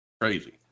Crazy